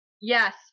yes